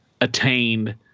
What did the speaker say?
attained